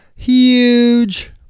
huge